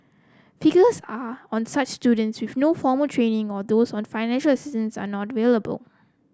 figures are on such students with no formal training or those on financial assistance are not available